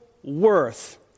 Worth